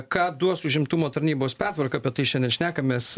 ką duos užimtumo tarnybos pertvarka apie tai šiandien šnekamės